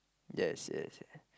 yes yes yeah